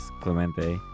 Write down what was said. clemente